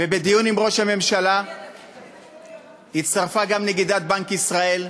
ובדיון עם ראש הממשלה הצטרפה גם נגידת בנק ישראל,